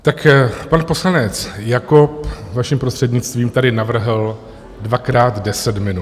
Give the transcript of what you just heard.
Tak pan poslanec, jako vaším prostřednictvím, tady navrhl dvakrát 10 minut.